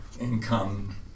income